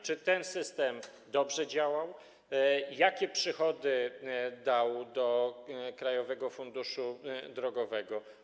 Czy ten system dobrze działał, jakie przychody dał do Krajowego Funduszu Drogowego?